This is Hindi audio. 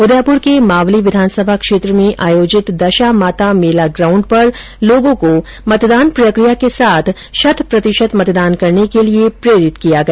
उदयपुर के मावली विधानसभा क्षेत्र में आयोजित दशामाता मेला ग्राउण्ड पर लोगों को मतदान प्रक्रिया के साथ शत प्रतिशत मतदान करने के लिए प्रेरित किया गया